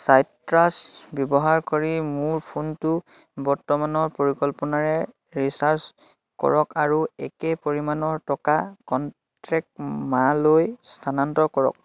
চাইট্ৰাছ ব্যৱহাৰ কৰি মোৰ ফোনটো বৰ্তমানৰ পৰিকল্পনাৰে ৰিচাৰ্জ কৰক আৰু একে পৰিমাণৰ টকা কণ্টেক্ট মালৈ স্থানান্তৰ কৰক